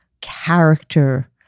character